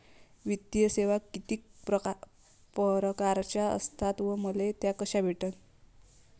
वित्तीय सेवा कितीक परकारच्या असतात व मले त्या कशा भेटन?